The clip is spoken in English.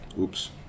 Oops